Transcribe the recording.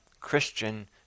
Christian